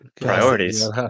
Priorities